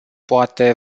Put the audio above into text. poate